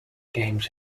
games